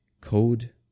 code